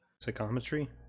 psychometry